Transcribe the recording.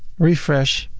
refresh.